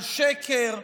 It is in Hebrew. על שקר,